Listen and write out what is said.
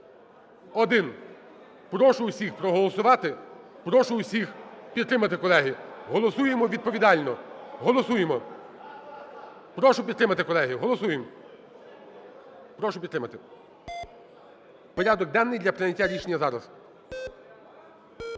Прошу всіх проголосувати, прошу всіх підтримати, колеги. Голосуємо відповідально! Голосуємо! Прошу підтримати, колеги! Голосуємо. Прошу підтримати порядок денний для прийняття рішення зараз.